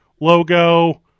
logo